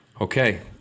Okay